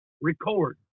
record